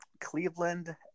Cleveland